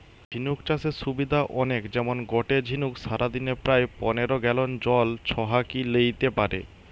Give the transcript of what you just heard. ঝিনুক চাষের সুবিধা অনেক যেমন গটে ঝিনুক সারাদিনে প্রায় পনের গ্যালন জল ছহাকি লেইতে পারে